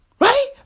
Right